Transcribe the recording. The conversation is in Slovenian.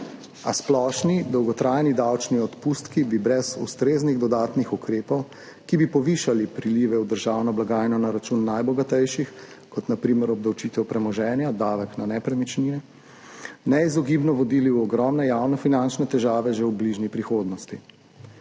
a splošni dolgotrajni davčni odpustki bi brez ustreznih dodatnih ukrepov, ki bi povišali prilive v državno blagajno na račun najbogatejših, kot na primer obdavčitev premoženja, davek na nepremičnine, neizogibno vodili v ogromne javno finančne težave že v bližnji prihodnosti.